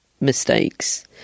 mistakes